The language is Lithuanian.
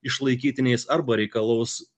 išlaikytiniais arba reikalaus